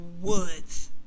Woods